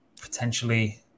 potentially